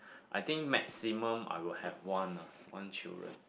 I think maximum I will have one lah one children